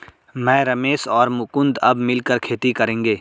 मैं, रमेश और मुकुंद अब मिलकर खेती करेंगे